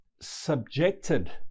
subjected